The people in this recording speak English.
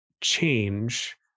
Change